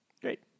Great